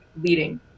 leading